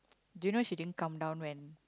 do you know she didn't come down when